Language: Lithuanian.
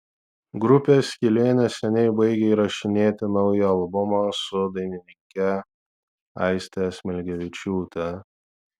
grupė skylė neseniai baigė įrašinėti naują albumą su dainininke aiste smilgevičiūte